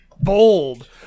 bold